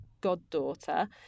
goddaughter